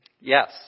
Yes